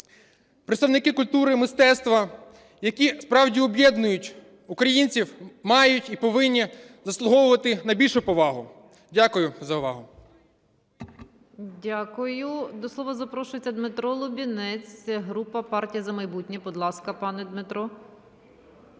представники культури і мистецтва, які справді об'єднують українців, мають і повинні заслуговувати на більшу повагу. Дякую за увагу. ГОЛОВУЮЧА. Дякую. До слова запрошується Дмитро Лубінець, група "Партія "За майбутнє". Будь ласка, пане Дмитро.